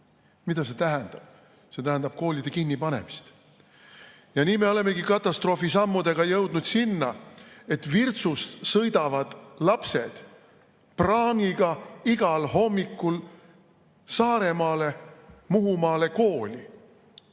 Mida see tähendab? See tähendab koolide kinnipanemist. Ja nii me olemegi katastroofiliste sammudega jõudnud sinna, et Virtsust sõidavad lapsed praamiga igal hommikul Saaremaale, Muhumaale kooli.